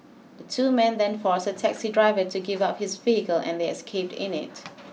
the two men then forced a taxi driver to give up his vehicle and they escaped in it